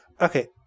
okay